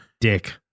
Dick